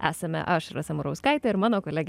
esame aš rasa murauskaitė ir mano kolegė